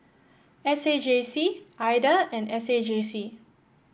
S A J C Ida and S A J C